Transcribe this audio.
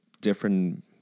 different